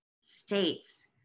states